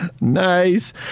Nice